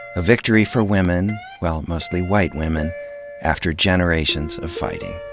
a victory for women well, mostly white women after generations of fighting.